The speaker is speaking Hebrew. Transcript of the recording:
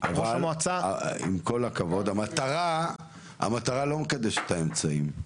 אבל עם כל הכבוד, המטרה לא מקדשת את האמצעים.